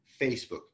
Facebook